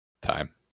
time